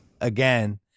again